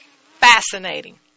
fascinating